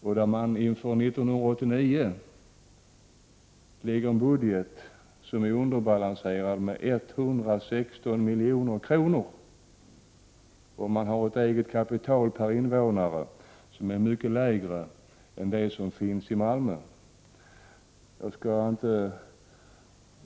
Inför 1989 lägger man fram en budget som är underbalanserad med 116 milj.kr. Göteborg har ett eget kapital per invånare som är mycket lägre än det egna kapitalet i Malmö.